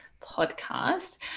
podcast